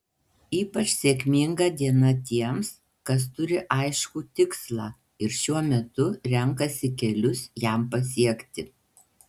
ypač sėkminga diena tiems kas turi aiškų tikslą ir šiuo metu renkasi kelius jam pasiekti